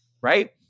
right